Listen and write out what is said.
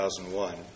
2001